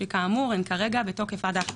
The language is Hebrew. שכאמור הן כרגע בתוקף עד ה-11.7.